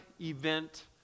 event